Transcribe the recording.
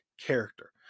character